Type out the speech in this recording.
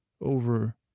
over